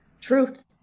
truth